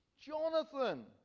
jonathan